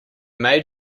made